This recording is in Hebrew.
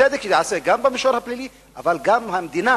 צדק ייעשה גם במישור הפלילי, אבל גם המדינה,